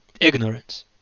Ignorance